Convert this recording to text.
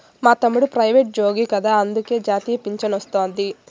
మా తమ్ముడు ప్రైవేటుజ్జోగి కదా అందులకే జాతీయ పింఛనొస్తాది